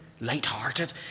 lighthearted